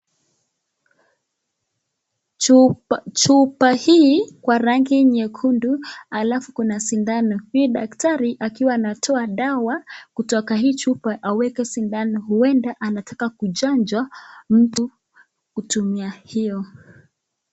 Chuoa hii kwa rangi nyekundu , alafu kuna sindano, huyu daktari akiwa anatoa dawa kutoka hii chupa aweke sindano, huenda anataka kuchanja mtu kutumia hiyo.